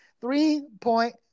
Three-point